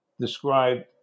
described